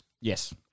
Yes